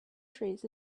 trees